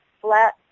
flat